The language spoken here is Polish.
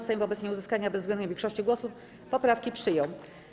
Sejm wobec nieuzyskania bezwzględniej większości głosów poprawki przyjął.